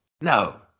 no